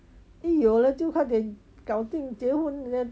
一有了就快点搞定结婚 then